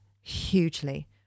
hugely